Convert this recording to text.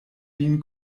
vin